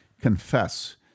confess